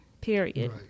period